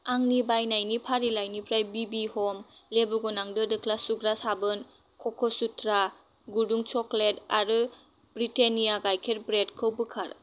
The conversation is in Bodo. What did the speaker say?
आंनि बायनायनि फारिलाइनिफ्राय बिबि ह'म लेबुगोनां दो दोख्ला सुग्रा साबोन कक'सुत्रा गुदुं चक्लेट आरो ब्रिटेनिया गाइखेर ब्रेडखौ बोखार